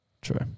True